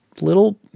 little